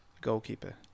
goalkeeper